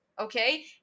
okay